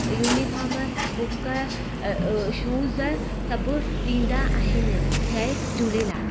uniform book अ ओ shoes सभु ॾींदा आहिनि जय झूलेलाल